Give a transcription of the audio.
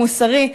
המוסרי,